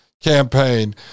campaign